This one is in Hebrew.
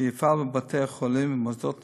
שיפעל בבתי-החולים ובמוסדות נוספים,